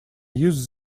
uses